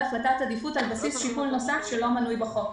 החלטת עדיפות על בסיס שיקול נוסף שלא מנוי בחוק,